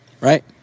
Right